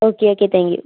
okay okay thank you